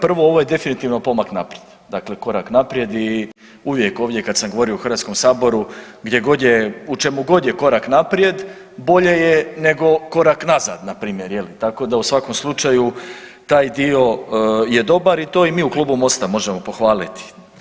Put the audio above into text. Prvo ovo je definitivno pomak naprijed, dakle korak naprijed i uvijek ovdje kad sam govorio u Hrvatskom saboru, gdje god je u čemu god je korak naprijed bolje je nego korak nazad npr. je li tako da u svakom slučaju taj dio je dobar i to i mi u Klubu MOST-a možemo pohvaliti.